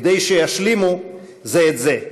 כדי שישלימו זה את זה,